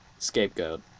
Scapegoat